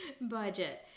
budget